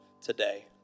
today